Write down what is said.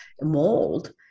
mold